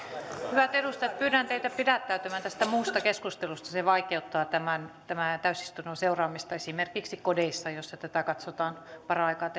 hyvät edustajat pyydän teitä pidättäytymään tästä muusta keskustelusta se vaikeuttaa tämän täysistunnon seuraamista esimerkiksi kodeissa joissa tätä katsotaan paraikaa televisiosta